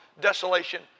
desolation